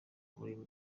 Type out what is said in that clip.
buri